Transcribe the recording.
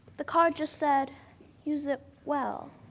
the card just said use it well.